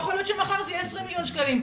יכול להיות מחר זה יהיה 20 מיליון שקלים.